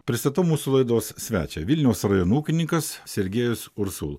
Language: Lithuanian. pristatau mūsų laidos svečią vilniaus rajono ūkininkas sergėjus ursul